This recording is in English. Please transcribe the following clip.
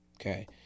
okay